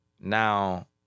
Now